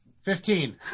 Fifteen